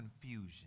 confusion